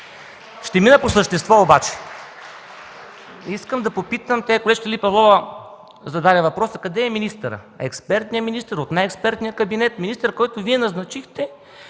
Ще мина по същество. Искам да попитам, а и колежката Лили Павлова зададе въпроса: къде е министърът, експертният министър от най-експертния кабинет, министър, който Вие назначихте